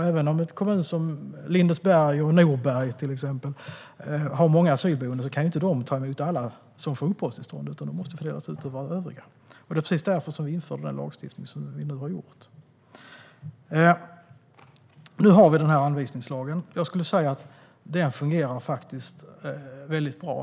Även om kommuner som till exempel Lindesberg och Norberg har många asylboenden kan de inte ta emot alla som får uppehållstillstånd, utan dessa måste fördelas på övriga kommuner. Det var precis därför vi införde den lagstiftningen. Nu har vi den här anvisningslagen. Den fungerar faktiskt bra.